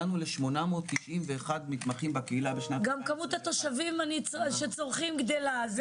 הגענו ל-891 מתמחים בקהילה בשנת 2021. גם כמות התושבים שצורכים גדלה.